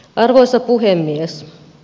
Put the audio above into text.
arvoisa puhemies